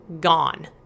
gone